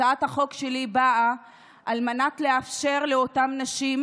הצעת החוק שלי באה לאפשר לאותן נשים